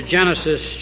Genesis